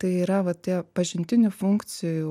tai yra va tie pažintinių funkcijų